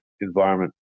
environment